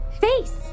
Face